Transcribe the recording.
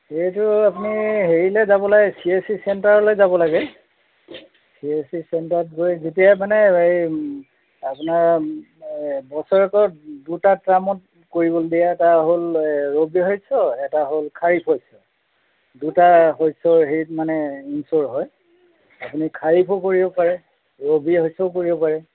সেইটো আপুনি হেৰিলে যাব লাগে চি এছ চি চেণ্টাৰলৈ যাব লাগে চি এছ চি চেণ্টাৰত গৈ যেতিয়াই মানে এই আপোনাৰ বছৰেকত দুটা টাৰ্মত কৰিবলৈ দিয়ে এটা হ'ল এই ৰবি শস্য এটা হ'ল খাৰিফ শস্য দুটা শস্যৰ হেৰিত মানে ইনছিয়'ৰ হয় আপুনি খাৰিফো কৰিব পাৰে ৰবি শস্যও কৰিব পাৰে